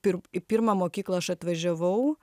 pir į pirmą mokyklą aš atvažiavau